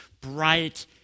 bright